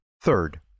Third